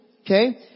okay